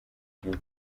bwite